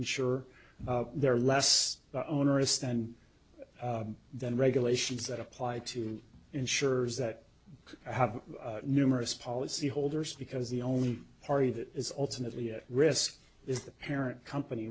ensure they're less onerous and then regulations that apply to insurers that have numerous policyholders because the only party that is ultimately at risk is the parent company